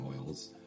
oils